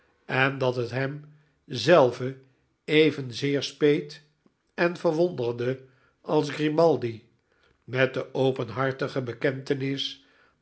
en dat het hem zelven evenzeer speet en verwonderde als grimaldi met de openhartige bekentenis